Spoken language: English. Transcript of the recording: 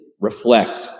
reflect